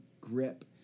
grip